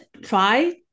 try